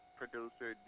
producer